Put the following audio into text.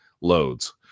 loads